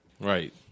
Right